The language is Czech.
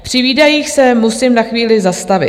Při výdajích se musím na chvíli zastavit.